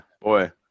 Boy